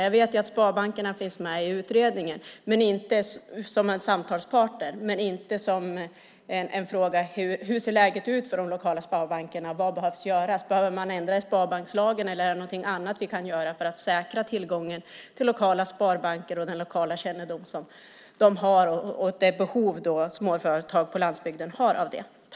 Jag vet att sparbankerna finns med i utredningen som en samtalspartner men inte frågan hur läget ser ut för de lokala sparbankerna: Vad behöver göras? Behöver vi ändra i sparbankslagen eller är det något annat som vi kan göra för att säkra tillgången till lokala sparbanker med den lokala kännedom som de har för att täcka det behov som små företag på landsbygden har av det?